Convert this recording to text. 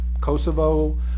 Kosovo